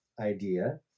idea